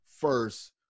first